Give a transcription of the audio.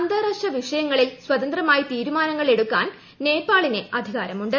അന്താരാഷ്ട്ര വിഷയങ്ങളിൽ സ്വതന്ത്രമായി തീരുമാനങ്ങളെടുക്കാൻ നേപ്പാളിന് അധികാരമുണ്ട്